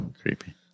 Creepy